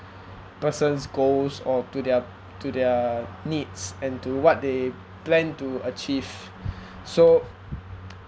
person's goals or to their to their needs and to what they plan to achieve so